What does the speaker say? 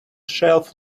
shelf